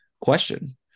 question